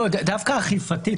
דווקא אכיפתית,